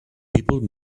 people